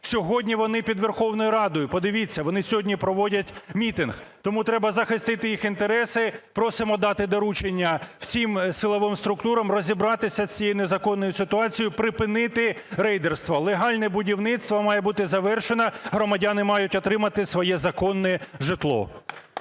Сьогодні вони під Верховною Радою, подивіться, вони сьогодні проводять мітинг. Тому треба захистити їх інтереси. Просимо дати доручення всім силовим структурам розібратися з цією незаконною ситуацією, припинити рейдерство. Легальне будівництво має бути завершено, громадяни мають отримати своє законне житло.